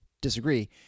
disagree